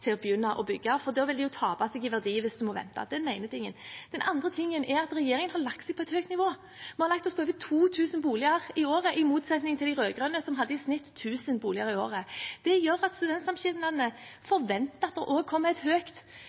til å begynne å bygge, for da vil det tape seg i verdi hvis en må vente. Det er det ene. Det andre er at regjeringen har lagt seg på et høyt nivå. Vi har lagt oss på over 2 000 boliger i året – i motsetning til de rød-grønne, som hadde et snitt på 1 000 boliger i året. Det gjør at studentsamskipnadene forventer at det også kommer et